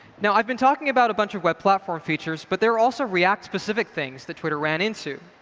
now i've been talking about a bunch of web platform features but there are also react specific things that twitter ran into.